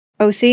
OC